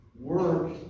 work